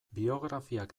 biografiak